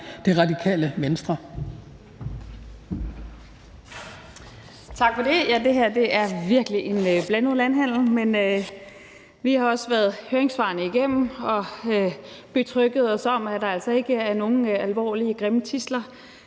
fra Radikale Venstre.